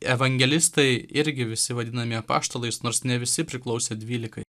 evangelistai irgi visi vadinami apaštalais nors ne visi priklausė dvylikai